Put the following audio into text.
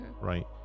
right